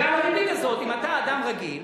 ועל הריבית הזאת, אם אתה אדם רגיל,